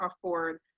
afford